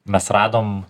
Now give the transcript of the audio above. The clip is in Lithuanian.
mes radom